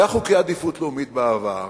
היו חוקי עדיפות לאומית בעבר,